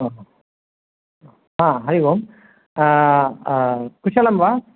ओहो हा हरिः ओम् कुशलं वा